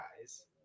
guys